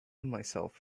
myself